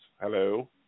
Hello